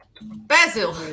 Basil